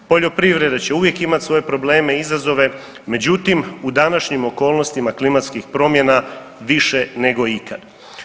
Poljoprivreda će uvijek imat svoje probleme i izazove, međutim u današnjim okolnostima klimatskih promjena više nego ikad.